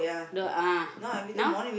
the ah now